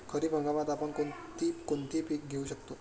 खरीप हंगामात आपण कोणती कोणती पीक घेऊ शकतो?